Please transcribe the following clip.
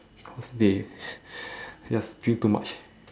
cause they just drink too much